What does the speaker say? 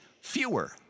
fewer